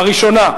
הראשונה,